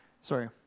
Sorry